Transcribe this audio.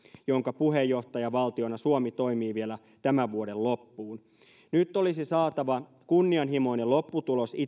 jonka puheenjohtajavaltiona suomi toimii vielä tämän vuoden loppuun nyt olisi saatava kunnianhimoinen lopputulos itämeren